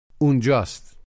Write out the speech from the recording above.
Unjust